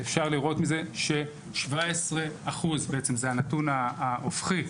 אפשר לראות מזה בעצם ש-17% זה הנתון ההופכי.